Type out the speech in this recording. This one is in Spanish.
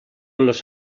los